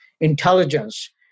Intelligence